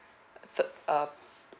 thir~ um